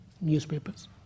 newspapers